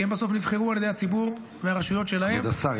כי הם בסוף נבחרו על ידי הציבור ברשויות שלהם -- כבוד השר,